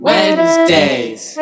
Wednesdays